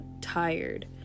tired